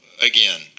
again